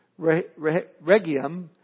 Regium